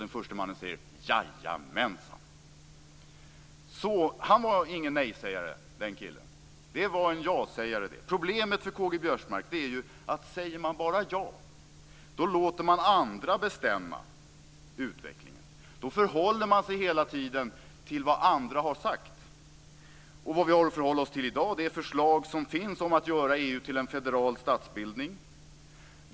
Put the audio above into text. Den förste mannen säger: "Jajamänsan!" Den killen var ingen nej-sägare. Det var en jasägare det. Problemet är ju att säger man bara ja låter man andra bestämma utvecklingen, K-G Biörsmark. Då förhåller man sig hela tiden till vad andra har sagt. Det vi har att förhålla oss till i dag är förslag som finns om att göra EU till en federal statsbildning.